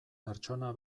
pertsona